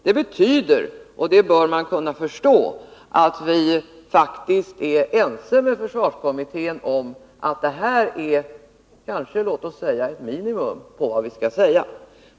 Det betyder — och det bör man kunna förstå — att regeringen faktiskt är ense med försvarskommittén om vad man kanske kan kalla för ett minimum.